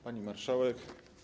Pani Marszałek!